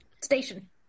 Station